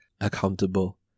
accountable